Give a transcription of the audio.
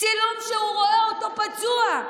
צילום שהוא רואה אותו פצוע,